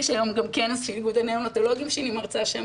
יש היום גם כנס של איגוד הניאונטולוגים שאני מרצה שם.